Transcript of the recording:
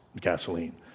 gasoline